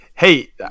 Hey